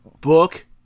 book